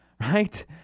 right